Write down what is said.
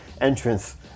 entrance